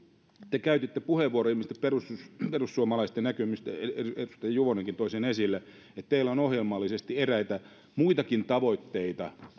te käytitte puheenvuoron ilmeisesti perussuomalaisten näkemyksestä ja edustaja juvonenkin toi esille sen että teillä on ohjelmallisesti eräitä muitakin tavoitteita